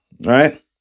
Right